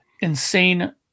insane